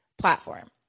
platform